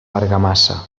argamassa